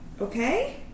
Okay